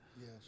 Yes